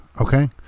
Okay